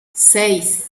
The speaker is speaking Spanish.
seis